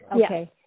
okay